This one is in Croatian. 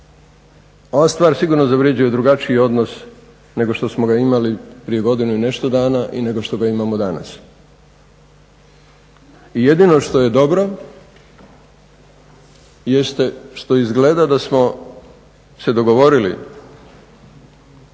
Ova stvar sigurno zavređuje drugačiji odnos nego što smo ga imali prije godinu i nešto dana i nego što ga imamo danas. I jedino što je dobro jeste što izgleda da smo se dogovorili